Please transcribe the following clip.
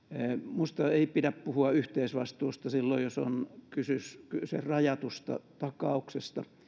minusta ei pidä puhua yhteisvastuusta silloin jos on kyse rajatusta takauksesta